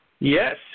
Yes